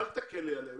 אל תקלי עליהם.